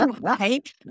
right